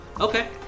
Okay